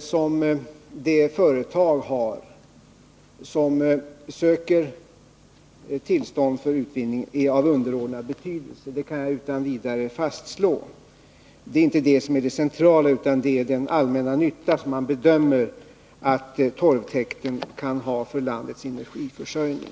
för de företag som söker tillstånd för utvinningen är av underordnad betydelse. Det centrala är inte detta, utan den allmänna nytta som torvtäkten kan bedömas ha för landets energiförsörjning.